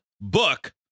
book